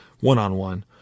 one-on-one